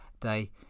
day